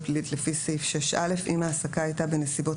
פלילית לפי סעיף 6(א) אם ההעסקה הייתה בנסיבות